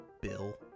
Bill